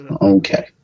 Okay